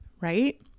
right